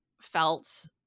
felt